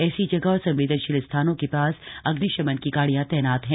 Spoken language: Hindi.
ऐसी जगह और संवेदनशील स्थानों के पास अग्निशमन की गाड़ियां तैनात हैं